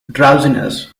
drowsiness